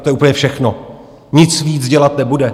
To je úplně všechno, nic víc dělat nebude.